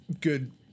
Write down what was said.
good